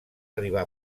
arribar